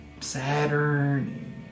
Saturn